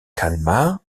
calmar